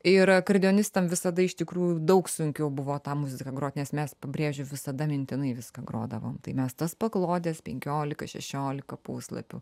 ir akordeonistam visada iš tikrųjų daug sunkiau buvo tą muziką grot nes mes pabrėžiu visada mintinai viską grodavom tai mes tas paklodes penkiolika šešiolika puslapių